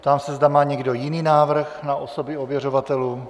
Ptám se, zda má někdo jiný návrh na osoby ověřovatelů.